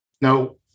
now